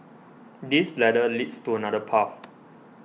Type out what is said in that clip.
this ladder leads to another path